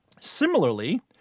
Similarly